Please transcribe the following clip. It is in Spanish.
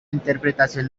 interpretación